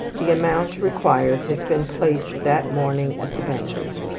the amount required has been placed that morning at the banker's.